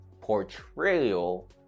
portrayal